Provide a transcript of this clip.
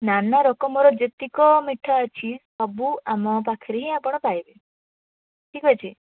ନାନା ରକମର ଯେତିକ ମିଠା ଅଛି ସବୁ ଆମ ପାଖରେ ହିଁ ଆପଣ ପାଇବେ ଠିକ୍ ଅଛି